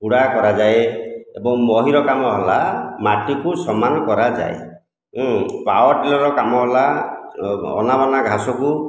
ଉଡ଼ା କରାଯାଏ ଏବଂ ମହିର କାମ ହେଲା ମାଟିକୁ ସମାନ କରାଯାଏ ପାୱାର ଟିଲରର କାମ ହେଲା ଅନା ବନା ଘାସକୁ